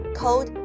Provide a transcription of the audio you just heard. cold